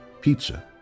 pizza